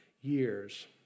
years